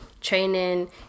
training